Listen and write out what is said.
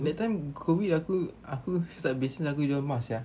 that time COVID aku aku start business aku jual masks sia